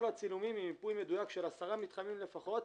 הצילומים עם מיפוי מדויק של עשרה מתחמים לפחות,